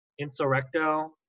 Insurrecto